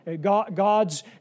God's